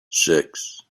six